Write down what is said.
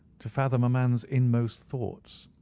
to fathom a man's inmost thoughts.